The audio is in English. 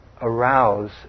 arouse